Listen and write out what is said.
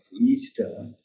Easter